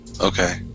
Okay